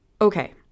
Okay